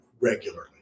regularly